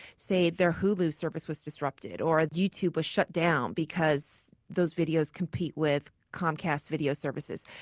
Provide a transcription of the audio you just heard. say, their hulu service was disrupted or youtube was shut down because those videos compete with comcast video services.